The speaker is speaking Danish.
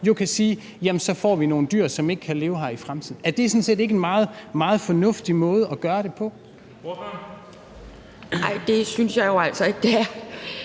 kan sige, at så får vi nogle dyr, som ikke kan leve her i fremtiden. Er det sådan set ikke en meget fornuftig måde at gøre det på? Kl. 11:51 Den fg. formand (Bent